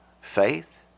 faith